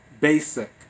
basic